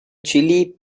chile